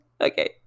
okay